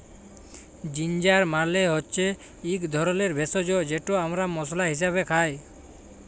ginger মালে হচ্যে ইক ধরলের ভেষজ যেট আমরা মশলা হিসাবে খাই